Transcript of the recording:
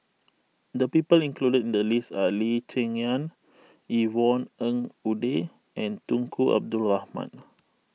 the people included in the list are Lee Cheng Yan Yvonne Ng Uhde and Tunku Abdul Rahman